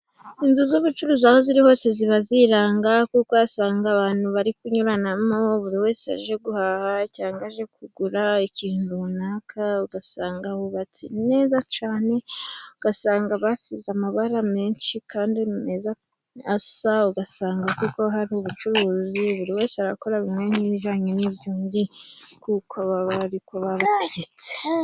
Inzu z'ubucuruza aho ziri hose ziba ziranga kuko usanga abantu bari kunyuranaranamo, buri wese aje guhaha cyangwa aje kugura ikintu runaka ugasanga hubatse neza cyane, ugasanga basize amabara menshi kandi meza asa, ugasanga koko hari ubucuruzi buri wese arakora bimwe ibijyanye n'iby'undi nkuko aba arikoko babitegetswe.